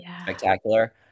spectacular